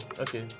okay